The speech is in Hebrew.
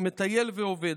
מטייל ועובד,